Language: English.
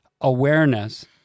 awareness